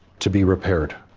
to be repaired.